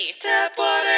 Tapwater